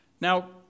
Now